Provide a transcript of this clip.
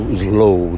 slow